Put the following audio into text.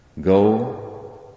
Go